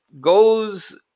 goes